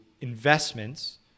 investments